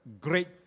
great